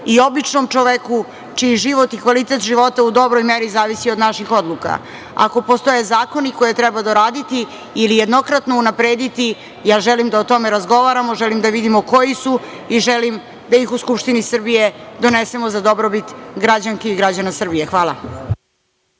i običnom čoveku, čiji život i kvalitet života u dobroj meri zavisi od naših odluka. Ako postoje zakoni, koje treba doraditi ili jednokratno unaprediti, ja želim da o tome razgovaramo, želim da vidimo koji su i želim da ih u Skupštini Srbiji donesemo za dobrobit građanki i građana Srbije. Hvala.